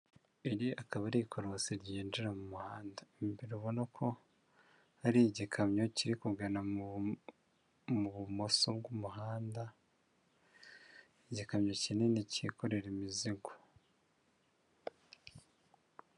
Iri akaba ari ikorosi ryinjira mu muhanda, imbere ubona ko hari igikamyo kiri kugana mu bumoso bw'umuhanda igikamyo kinini cyikorera imizigo.